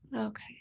Okay